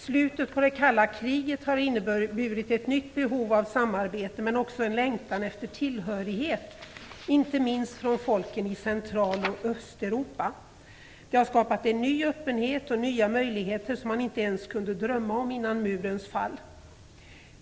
Slutet på det kalla kriget har inneburit ett nytt behov av samarbete men också en längtan efter tillhörighet, inte minst från folken i Central och Östeuropa. Det har skapat en ny öppenhet och nya möjligheter som man inte ens kunde drömma om innan murens fall.